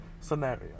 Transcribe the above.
scenario